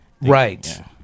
Right